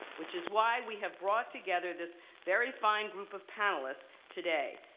which is why we have brought together this very fine group of panelists today.